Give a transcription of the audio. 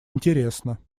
интересно